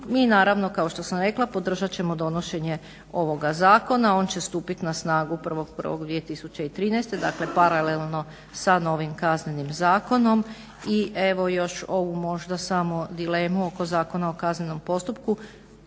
i naravno kao što sam rekla podržat ćemo donošenje ovoga zakona. On će stupit na snagu 1.1.2013. dakle paralelno sa novim Kaznenim zakonom. I evo još ovu možda samo dilemu oko Zakona o kaznenom postupku